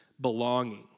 belonging